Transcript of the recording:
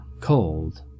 cold